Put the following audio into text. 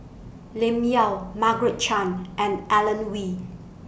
Lim Yau Margaret Chan and Alan Oei